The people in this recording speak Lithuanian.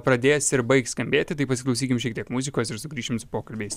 pradės ir baigs skambėti tai pasiklausykim šiek tiek muzikos ir sugrįšim su pokalbiais